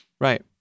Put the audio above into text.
Right